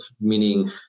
meaning